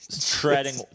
treading